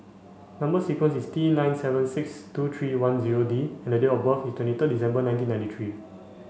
number sequence is T nine seven six two three one zero D and date of birth is twenty third December nineteen ninety three